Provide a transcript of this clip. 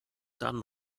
dann